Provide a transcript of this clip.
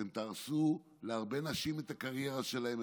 אתם תהרסו להרבה נשים את הקריירה שלהן,